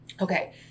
Okay